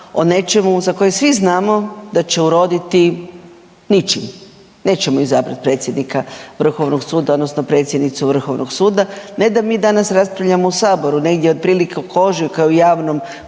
o nečemu za koje svi znamo da će urediti ničim, nećemo izabrati predsjednika Vrhovnog suda, odnosno predsjednicu Vrhovnog suda. Ne da mi danas raspravljamo u Saboru negdje otprilike od ožujka kao javnom